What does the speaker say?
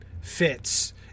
fits